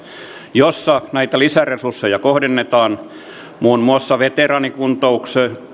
jossa näitä lisäresursseja kohdennetaan muun muassa veteraanikuntoutukseen